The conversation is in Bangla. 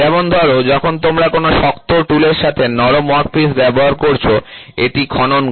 যেমন ধরো যখন তোমরা কোনও শক্ত টুলের সাথে নরম ওয়ার্কপিস ব্যবহার করছ এটি খনন করে